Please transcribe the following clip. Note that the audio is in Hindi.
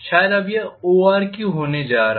शायद अब यह ORQ होने जा रहा हैं